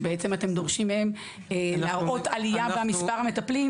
שבעצם אתם דורשים מהם להראות עלייה במספר המטופלים